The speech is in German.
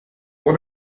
vor